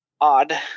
odd